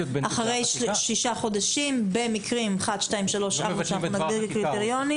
אחרי שישה חודשים במקרים אלה ואלה שנגדיר עם קריטריונים,